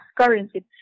currencies